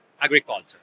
agriculture